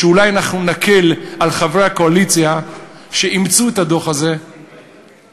שאולי נקל על חברי הקואליציה שאימצו את הדוח הזה לתמוך.